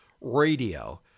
radio